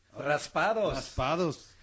Raspados